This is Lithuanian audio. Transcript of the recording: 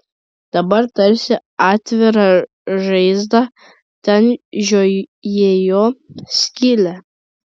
dabar tarsi atvira žaizda ten žiojėjo skylė